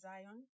Zion